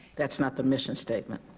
that's not the mission statement.